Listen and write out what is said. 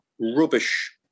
rubbish